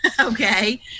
Okay